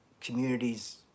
communities